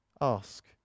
Ask